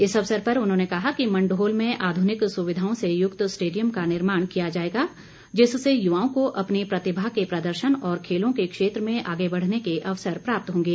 इस अवसर पर उन्होंने कहा कि मंढोल में आधुनिक सुविधाओं से युक्त स्टेडियम का निर्माण किया जाएगा जिससे युवाओं को अपनी प्रतिभा के प्रदर्शन और खेलों के क्षेत्र में आगे बढ़ने के अवसर प्राप्त होंगे